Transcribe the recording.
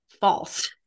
false